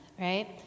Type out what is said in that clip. right